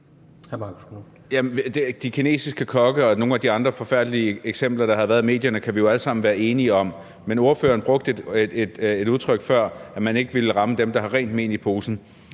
de kinesiske kokke og nogle af de andre forfærdelige eksempler, der har været i medierne, kan vi jo alle sammen være enige om. Men ordføreren brugte et udtryk før, nemlig at man ikke ville ramme dem, der har rent mel i posen.